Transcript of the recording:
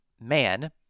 man